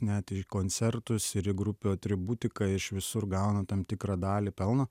net į koncertus ir grupių atributiką iš visur gauna tam tikrą dalį pelno